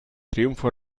triunfo